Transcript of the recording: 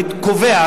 אני קובע,